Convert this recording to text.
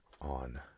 on